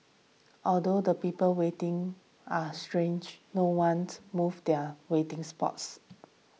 although the people waiting are stretched no once moved their waiting spots